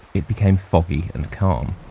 it became foggy and calm.